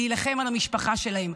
להילחם על המשפחה שלהן,